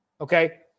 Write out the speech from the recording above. Okay